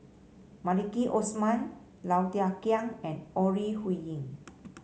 Maliki Osman Low Thia Khiang and Ore Huiying